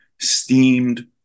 steamed